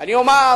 אני אומר,